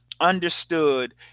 understood